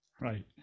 Right